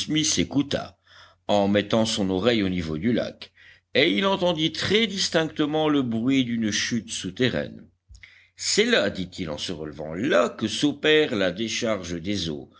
en mettant son oreille au niveau du lac et il entendit très distinctement le bruit d'une chute souterraine c'est là dit-il en se relevant là que s'opère la décharge des eaux